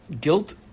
Guilt